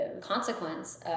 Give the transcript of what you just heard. consequence